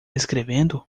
escrevendo